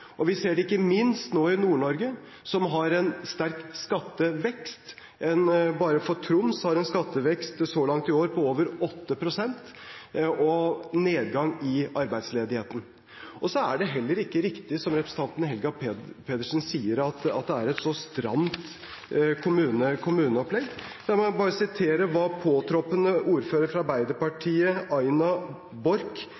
Vi ser det ikke minst nå i Nord-Norge, som har en sterk skattevekst. Bare Troms har en skattevekst så langt i år på over 8 pst. og nedgang i arbeidsledigheten. Det er heller ikke riktig som representanten Helga Pedersen sier, at kommuneopplegget er så stramt. La meg bare sitere hva påtroppende ordfører fra Arbeiderpartiet, Aina Borch,